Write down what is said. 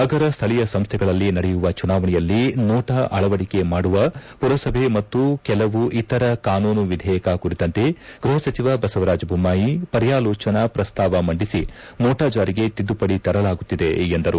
ನಗರ ಸ್ಥೀಯ ಸಂಸ್ಥೆಗಳಲ್ಲಿ ನಡೆಯುವ ಚುನಾವಣೆಯಲ್ಲಿ ನೋಟಾ ಅಳವಡಿಕೆ ಮಾಡುವ ಮರಸಬೆ ಮತ್ತು ಕೆಲವು ಇತರ ಕಾನೂನು ವಿಧೇಯಕ ಕುರಿತಂತೆ ಗೃಹ ಸಚಿವ ಬಸವರಾಜ್ ಬೊಮ್ಯಾಯಿ ಪರ್ಯಾಲೋಜನಾ ಪ್ರಸ್ತಾವ ಮಂಡಿಸಿ ನೋಟಾ ಜಾರಿಗೆ ತಿದ್ದುಪಡಿ ತರಲಾಗುತ್ತಿದೆ ಎಂದರು